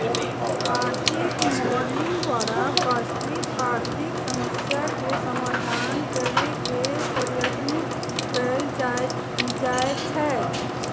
आर्थिक मॉडलिंग द्वारा वास्तविक आर्थिक समस्याके समाधान करेके पर्यतन कएल जाए छै